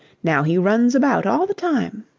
now he runs about all the time.